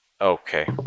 okay